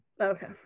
Okay